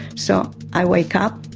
so i wake up,